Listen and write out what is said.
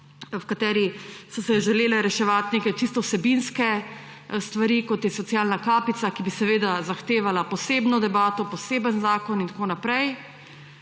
v kateri so se želele reševati neke čisto vsebinske stvari, kot je socialna kapica, ki bi seveda zahtevala posebno debato, poseben zakon in tako naprej.